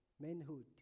manhood